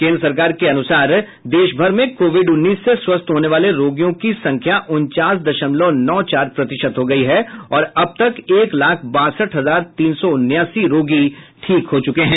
केन्द्र सरकार के अनुसार देश भर में कोविड उन्नीस से स्वस्थ होने वाले रोगियों की संख्या उनचास दशमलव नौ चार प्रतिशत हो गई है और अब तक एक लाख बासठ हजार तीन सौ उनासी रोगी ठीक हुए हैं